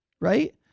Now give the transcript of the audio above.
right